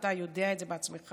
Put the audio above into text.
ואתה יודע את זה בעצמך,